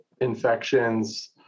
infections